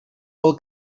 pel